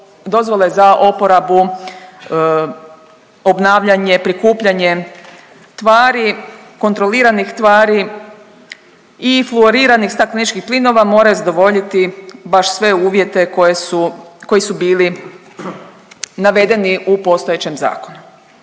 za uporabu, obnavljanje, prikupljanje tvari, kontroliranih tvari i fluoriranih stakleničkih plinova moraju zadovoljiti baš sve uvjete koji su bili navedeni u postojećem zakonu.